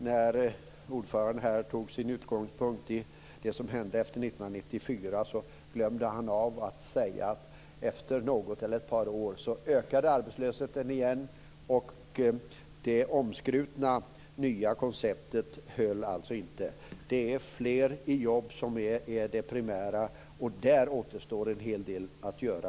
När ordföranden tog sin utgångspunkt i det som hände efter 1994 glömde han att säga att arbetslösheten efter något eller ett par år ökade igen. Det omskrutna nya konceptet höll alltså inte. Det är fler i jobb som är det primära. Där återstår en hel del att göra.